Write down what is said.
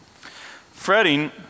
Fretting